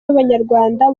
b’abanyarwanda